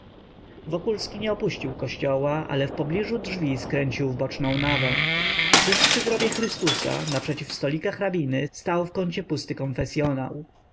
do książki nabożnej wokulski nie opuścił kościoła ale w pobliżu drzwi skręcił w boczną nawę tuż przy grobie chrystusa naprzeciw stolika hrabiny stał w kącie pusty konfesyonał